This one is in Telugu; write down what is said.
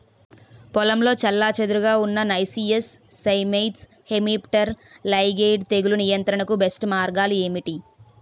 పొలంలో చెల్లాచెదురుగా ఉన్న నైసియస్ సైమోయిడ్స్ హెమిప్టెరా లైగేయిడే తెగులు నియంత్రణకు బెస్ట్ మార్గాలు ఏమిటి?